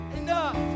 enough